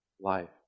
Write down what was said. life